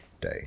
day